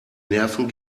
nerven